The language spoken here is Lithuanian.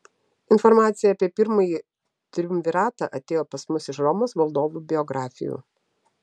informacija apie pirmąjį triumviratą atėjo pas mus iš romos valdovų biografijų